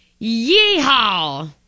Yeehaw